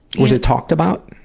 was it talked about?